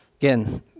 Again